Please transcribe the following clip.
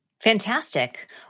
Fantastic